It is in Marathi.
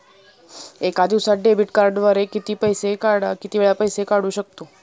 एका दिवसांत डेबिट कार्डद्वारे किती वेळा पैसे काढू शकतो?